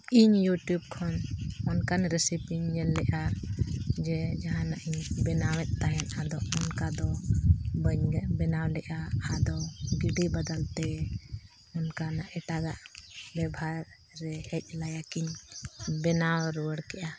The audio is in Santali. ᱤᱧ ᱤᱭᱩᱴᱩᱵᱽ ᱠᱷᱚᱱ ᱚᱱᱠᱟᱱ ᱨᱮᱥᱤᱯᱤᱧ ᱧᱮᱞ ᱞᱮᱫᱟ ᱡᱮ ᱡᱟᱦᱟᱱᱟᱜ ᱤᱧ ᱵᱮᱱᱟᱣᱮᱫ ᱛᱟᱦᱮᱫ ᱟᱫᱚ ᱚᱱᱠᱟ ᱫᱚ ᱵᱟᱹᱧ ᱵᱮᱱᱟᱣ ᱞᱮᱫᱟ ᱟᱫᱚ ᱜᱤᱰᱤ ᱵᱟᱫᱟᱞᱛᱮ ᱚᱱᱠᱟᱱᱟᱜ ᱮᱴᱟᱜᱟᱜ ᱵᱮᱵᱷᱟᱨ ᱨᱮ ᱦᱮᱡ ᱱᱟᱭᱟ ᱠᱤᱱ ᱤᱧ ᱵᱮᱱᱟᱣ ᱨᱩᱣᱟᱹᱲ ᱠᱮᱜᱼᱟ